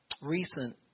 recent